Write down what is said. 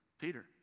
Peter